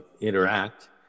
interact